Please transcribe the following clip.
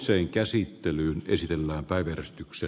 asian käsittely keskeytetään